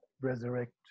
resurrect